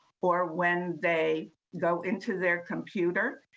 or when they go into their computer,